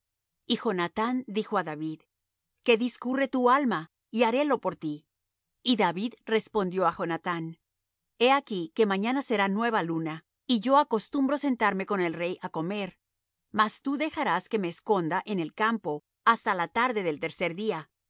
y jonathán dijo á david qué discurre tu alma y harélo por ti y david respondió á jonathán he aquí que mañana será nueva luna y yo acostumbro sentarme con el rey á comer mas tú dejarás que me esconda en el campo hasta la tarde del tercer día